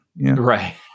Right